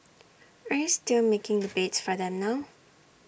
are you still making the beds for them now